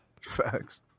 Facts